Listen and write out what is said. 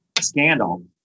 scandal